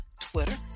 Twitter